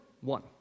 one